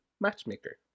Matchmaker